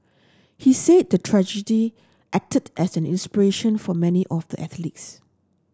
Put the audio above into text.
he say the tragedy acted as an inspiration for many of the athletes